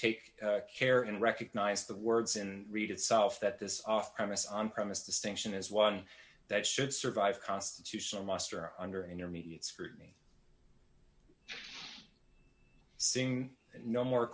take care and recognize the words and read itself that this premise on premise distinction is one that should survive constitutional muster under intermediate scrutiny seeing no more